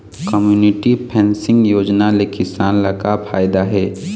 Community fencing योजना ले किसान ल का फायदा हे?